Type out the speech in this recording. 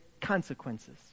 consequences